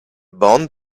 band